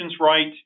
right